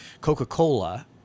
Coca-Cola